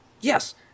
yes